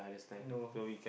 no